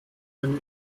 wenn